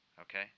okay